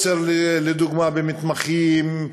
לדוגמה חוסר במתמחים,